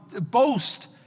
boast